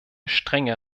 strenge